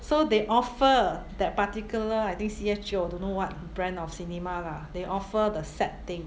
so they offer that particular I think C_S_G or don't know what brand of cinema lah they offer the set thing